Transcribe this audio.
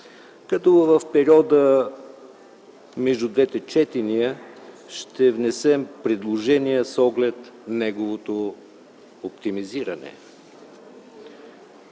като в периода между двете четения ще внесем предложения с оглед неговото оптимизиране.